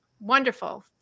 Wonderful